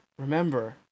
remember